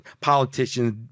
politicians